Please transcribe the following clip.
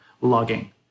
logging